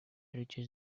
reaches